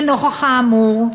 לנוכח האמור,